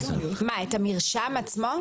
את המרשם עצמו?